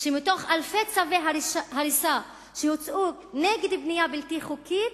שמתוך אלפי צווי הריסה שהוצאו נגד בנייה בלתי חוקית,